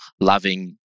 loving